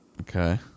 Okay